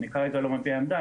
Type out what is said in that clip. אני כרגע לא מביע עמדה,